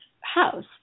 house